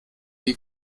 die